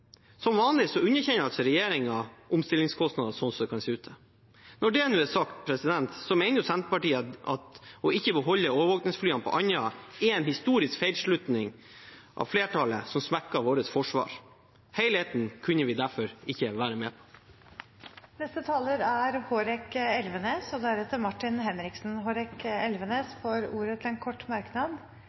Som vanlig underkjenner regjeringen omstillingskostnader, slik det kan se ut. Når det er sagt, mener Senterpartiet at ikke å beholde overvåkningsflyene på Andøya er en historisk feilslutning av flertallet som svekker vårt forsvar. Helheten kunne vi derfor ikke være med på. Representanten Hårek Elvenes har hatt ordet to ganger tidligere i debatten og får ordet til en kort merknad